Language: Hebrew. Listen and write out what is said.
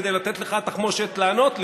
כדי לתת לך תחמושת לענות לי,